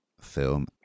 film